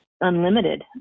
unlimited